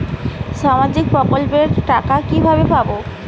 সামাজিক প্রকল্পের টাকা কিভাবে পাব?